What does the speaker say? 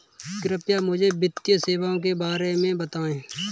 कृपया मुझे वित्तीय सेवाओं के बारे में बताएँ?